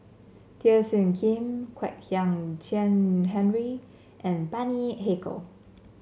Teo Soon Kim Kwek Hian Chuan Henry and Bani Haykal